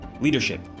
leadership